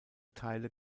teile